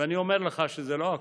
ואני אומר לך שזה לא הכול,